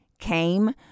came